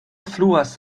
fluas